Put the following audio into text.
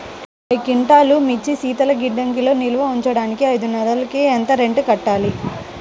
యాభై క్వింటాల్లు మిర్చి శీతల గిడ్డంగిలో నిల్వ ఉంచటానికి ఐదు నెలలకి ఎంత రెంట్ కట్టాలి?